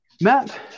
Matt